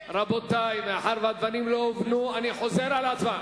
רבותי, מאחר שהדברים לא הובנו אני חוזר על ההצבעה.